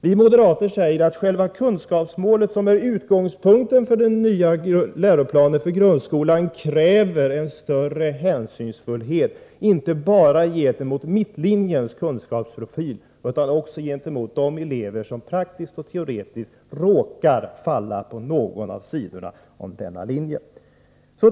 Vi moderater säger att själva kunskapsmålet, som är utgångspunkten för den nya läroplanen för grundskolan, kräver större hänsynsfullhet — inte bara gentemot mittlinjens kunskapsprofil utan också gentemot de elever som praktiskt och teoretiskt råkar falla på någon av sidorna av denna linje.